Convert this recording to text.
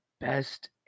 best